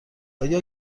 آیا